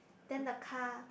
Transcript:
then the car